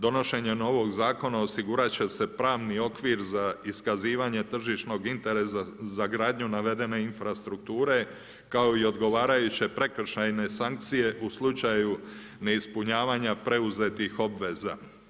Donošenjem ovog zakona osigurat će se pravni okvir za iskazivanje tržišnog interesa za gradnju navedene infrastrukture kao i odgovarajuće prekršajne sankcije u slučaju ne ispunjavanja preuzetih obveza.